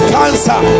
cancer